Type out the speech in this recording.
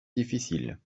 difficile